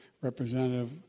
Representative